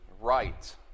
right